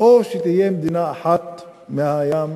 או שתהיה מדינה אחת מהים לנהר.